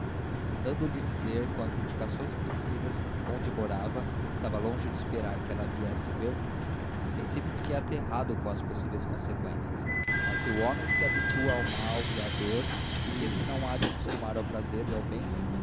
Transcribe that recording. mandando-lhe dizer com as indicações precisas onde morava estava longe de esperar que ela viesse ver-me a princípio fiquei aterrado com as possíveis conseqüências mas se o homem se habitua ao mal e à dor por que se não há de acostumar ao prazer e ao bem